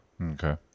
Okay